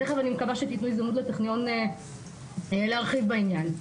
תיכף אני מקווה שתיתנו הזדמנות לטכניון להרחיב בעניין.